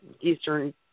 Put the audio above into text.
eastern